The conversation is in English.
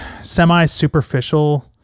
semi-superficial